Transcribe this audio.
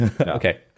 Okay